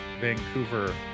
Vancouver